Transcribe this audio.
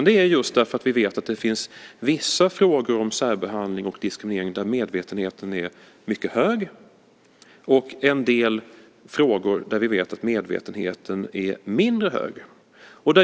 Det är just därför att vi vet att det finns vissa frågor om särbehandling och diskriminering där medvetenheten är mycket hög och en del frågor där medvetenheten är mindre hög.